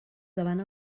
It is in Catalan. davant